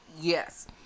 yes